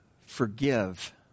forgive